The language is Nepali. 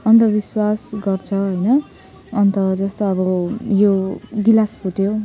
अन्धविस्वास गर्छ होइन अन्त जस्तो अब यो ग्लास फुट्यो